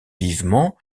vivement